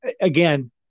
again